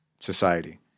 society